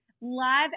live